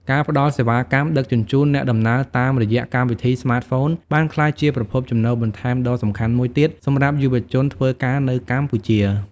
ការផ្តល់សេវាកម្មដឹកជញ្ជូនអ្នកដំណើរតាមរយៈកម្មវិធីស្មាតហ្វូនបានក្លាយជាប្រភពចំណូលបន្ថែមដ៏សំខាន់មួយទៀតសម្រាប់យុវជនធ្វើការនៅកម្ពុជា។